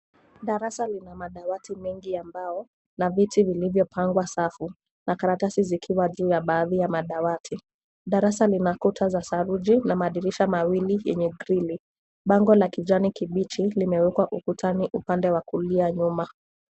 Darasa lina madawati mengi ya mbao na viti vilivyopangwa safu, na karatasi zikiwa juu ya baadhi ya madawati. Darasa lina kuta za saruji na madirisha mawili yenye grili. Bango la kijani kibichi limewekwa ukutani upande wa kulia nyuma.